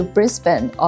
Brisbane